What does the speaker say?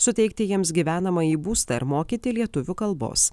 suteikti jiems gyvenamąjį būstą ir mokyti lietuvių kalbos